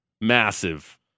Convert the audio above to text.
Massive